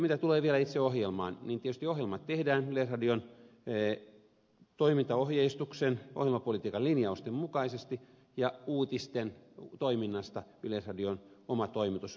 mitä tulee vielä itse ohjelmaan niin tietysti ohjelmat tehdään yleisradion toimintaohjeistuksen ohjelmapolitiikan linjausten mukaisesti ja uutisten toimittamisesta vastaa yleisradion oma toimitus